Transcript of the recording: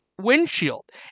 windshield